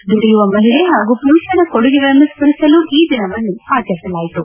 ದುಡಿಯುವ ಮಹಿಳೆ ಹಾಗೂ ಪುರುಷರ ಕೊಡುಗೆಗಳನ್ನು ಸ್ನರಿಸಲು ಈ ದಿನವನ್ನು ಆಚರಿಸಲಾಯಿತು